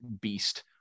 beast